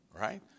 right